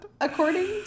according